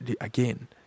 again